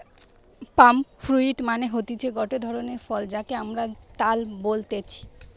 পাম fruit মানে হতিছে গটে ধরণের ফল যাকে আমরা তাল বলতেছি